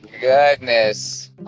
goodness